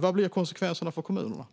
Vad blir konsekvenserna för kommunerna?